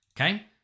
Okay